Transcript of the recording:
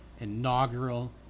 inaugural